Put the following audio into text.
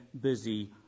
busy